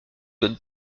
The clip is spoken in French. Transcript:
donne